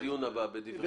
בדיון הבא.